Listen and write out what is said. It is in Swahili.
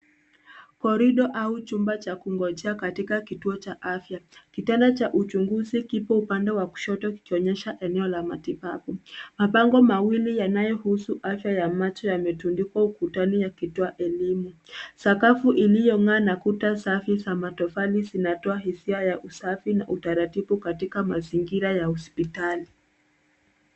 Korido au chumba cha kungojea katika kituo cha afya. Kitanda cha uchunguzi kipo upande wa kushoto kikionyesha eneo la matibabu. Mabango mawili yanayohusu afya ya macho yametundikwa ukutani yakitoa elimu. Sakafu iliyongaa na kuta safi za matofali zinatoa hisia ya usafi na utaratibu katika mazingira ya hospitali.